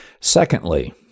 Secondly